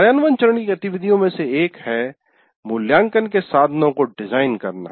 कार्यान्वयन चरण की गतिविधियों में से एक है मूल्यांकन के साधनों को डिजाइन करना